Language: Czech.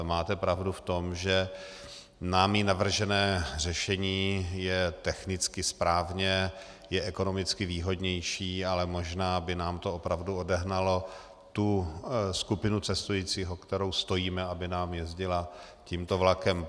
Máte pravdu v tom, že námi navržené řešení je technicky správně, je ekonomicky výhodnější, ale možná by nám to opravdu odehnalo tu skupinu cestujících, o kterou stojíme, aby nám jezdila tímto vlakem.